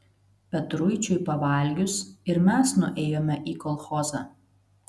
petruičiui pavalgius ir mes nuėjome į kolchozą